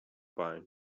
pine